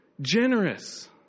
Generous